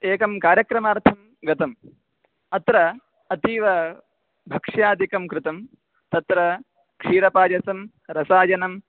एकं कार्यक्रमार्थं गतम् अत्र अतीव भक्ष्यादिकं कृतं तत्र क्षीरपायसं रसायनम्